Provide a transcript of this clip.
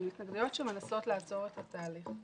הן התנגדויות שמנסות לעצור את התהליך.